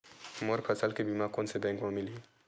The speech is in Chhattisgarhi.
मोर फसल के बीमा कोन से बैंक म मिलही?